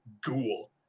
Ghoul